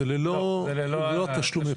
זה ללא תשלומי פנימיות.